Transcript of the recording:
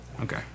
Okay